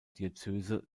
diözese